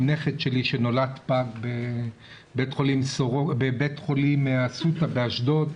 נכד שלי שנולד פג בבית חולים אסותא באשדוד.